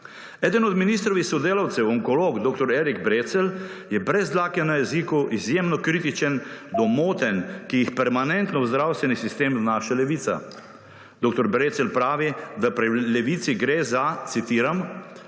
Eden od ministrovih sodelavcev, onkolog, dr. Erik Brecelj je brez dlake na jeziku izjemno kritičen do motenj, ki jih permanentno v zdravstveni sistem vnaša Levica. Dr. Brecelj pravi, da pri Levici gre za, citiram: